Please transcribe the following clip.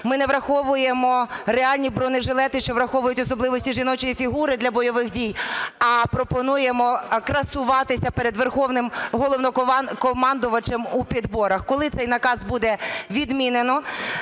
Ми не враховуємо реальні бронежилети, що враховують особливості жіночої фігури, для бойових дій, а пропонуємо красуватися перед Верховним Головнокомандувачем у підборах. Коли цей наказ буде відмінено